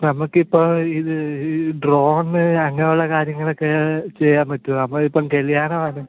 നമുക്ക് ഇപ്പോൾ ഇത് ഡ്രോണ് അങ്ങനെ ഉള്ള കാര്യങ്ങളൊക്കെ ചെയ്യാൻ പറ്റുമോ നമ്മളിപ്പം കല്ല്യാണം ആണ്